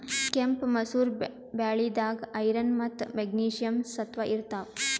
ಕೆಂಪ್ ಮಸೂರ್ ಬ್ಯಾಳಿದಾಗ್ ಐರನ್ ಮತ್ತ್ ಮೆಗ್ನೀಷಿಯಂ ಸತ್ವ ಇರ್ತವ್